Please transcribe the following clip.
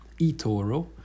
eToro